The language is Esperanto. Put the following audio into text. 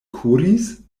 kuris